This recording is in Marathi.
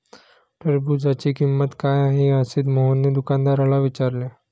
टरबूजाची किंमत काय आहे असे मोहनने दुकानदाराला विचारले?